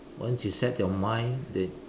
once you set your mind that